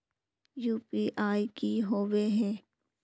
UPI की होबे है?